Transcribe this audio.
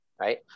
right